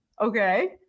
Okay